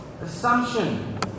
assumption